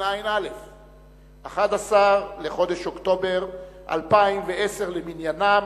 11 בחודש אוקטובר 2010 למניינם,